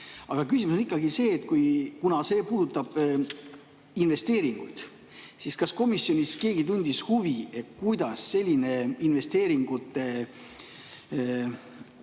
Aga küsimus on ikkagi see. Kuna see puudutab investeeringuid, siis kas komisjonis keegi tundis huvi, kuidas selline investeeringuid